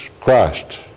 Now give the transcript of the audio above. Christ